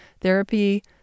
Therapy